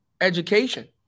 education